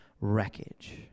wreckage